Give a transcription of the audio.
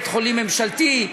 כלפי בית-חולים ממשלתי,